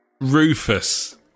Rufus